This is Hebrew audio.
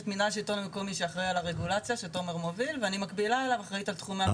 שהיה אמור להיות כאן.